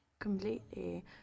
Completely